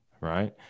right